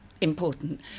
important